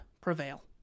prevail